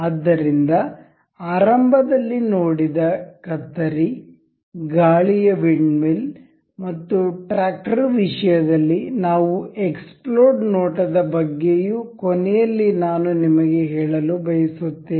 ಆದ್ದರಿಂದ ಆರಂಭದಲ್ಲಿ ನೋಡಿದ ಕತ್ತರಿ ಗಾಳಿಯ ವಿಂಡ್ಮಿಲ್ ಮತ್ತು ಟ್ರಾಕ್ಟರ್ ವಿಷಯದಲ್ಲಿ ನಾವು ಎಕ್ಸ್ಪ್ಲೋಡ್ ನೋಟದ ಬಗ್ಗೆಯೂ ಕೊನೆಯಲ್ಲಿ ನಾನು ನಿಮಗೆ ಹೇಳಲು ಬಯಸುತ್ತೇನೆ